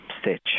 stitch